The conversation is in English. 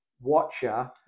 watcher